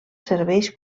serveix